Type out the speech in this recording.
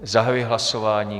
Zahajuji hlasování.